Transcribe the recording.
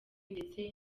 ndetse